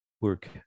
work